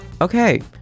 Okay